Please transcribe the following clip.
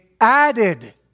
added